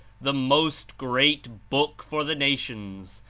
the most great book for the nations,